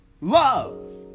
love